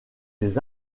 des